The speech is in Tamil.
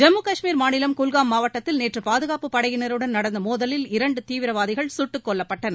ஜம்மு கஷ்மீர் மாநிலம் குல்காம் மாவட்டத்தில் நேற்று பாதுகாப்புப் படையினருடன் நடந்த மோதலில் இரண்டு தீவிரவாதிகள் சுட்டுக் கொல்லப்பட்டனர்